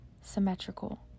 symmetrical